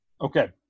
Okay